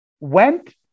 went